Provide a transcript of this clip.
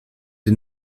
est